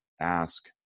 ask